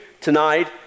tonight